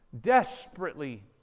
Desperately